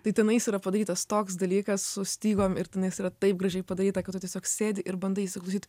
tai tenais yra padarytas toks dalykas su stygom ir tenais yra taip gražiai padaryta kad tu tiesiog sėdi ir bandai įsiklausyt